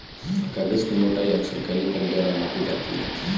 कागज की मोटाई अक्सर कैलीपर द्वारा मापी जाती है